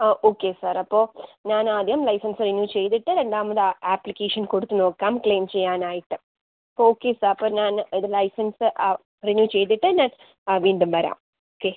ആ okay sir അപ്പോൾ ഞാൻ ആദ്യം ലൈസൻസ് റിന്യൂ ചെയ്തിട്ട് രണ്ടാമത് ആപ്ലിക്കേഷൻ കൊടുത്ത് നോക്കാം ക്ലെയിം ചെയ്യാനായിട്ട് ഓക്കെ സാർ അപ്പോൾ ഞാൻ ഇത് ലൈസൻസ് റിന്യൂ ചെയ്തിട്ട് ഞാൻ വീണ്ടും വരാം ഓക്കെ